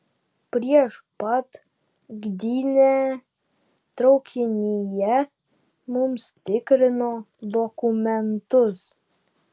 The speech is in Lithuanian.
prieš pat gdynę traukinyje mums tikrino dokumentus